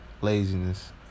laziness